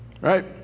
right